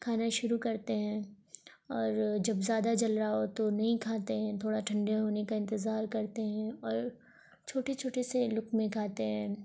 کھانا شروع کرتے ہیں اور جب زیادہ جل رہا ہو تو نہیں کھاتے ہیں تھوڑا ٹھنڈے ہونے کا انتظار کرتے ہیں اور چھوٹے چھوٹے سے لقمے کھاتے ہیں